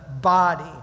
body